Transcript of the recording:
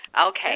okay